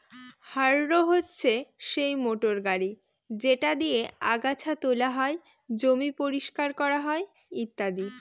harrow হচ্ছে সেই motor গাড়ি যেটা দিয়ে আগাচ্ছা তোলা হয়, জমি পরিষ্কার করা হয় ইত্যাদি